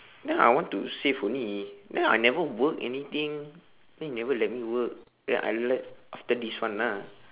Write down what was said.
no I want to save only then I never work anything then you never let me work then I left after this one lah